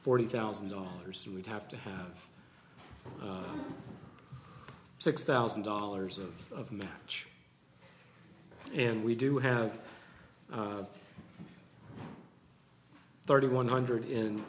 forty thousand dollars and we'd have to have six thousand dollars of a match and we do have thirty one hundred